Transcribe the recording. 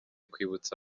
kwibutsa